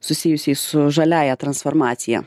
susijusiais su žaliąja transformacija